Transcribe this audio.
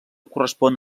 correspon